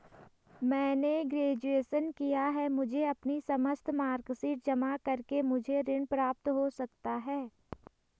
मैंने ग्रेजुएशन किया है मुझे अपनी समस्त मार्कशीट जमा करके मुझे ऋण प्राप्त हो सकता है?